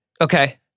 Okay